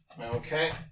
okay